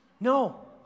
No